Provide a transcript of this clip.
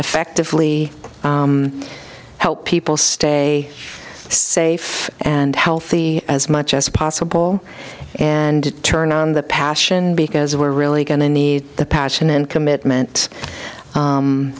effectively help people stay safe and healthy as much as possible and to turn on the passion because we're really going to need the passion and commitment